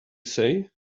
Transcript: say